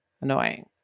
annoying